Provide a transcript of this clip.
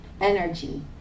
energy